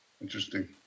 interesting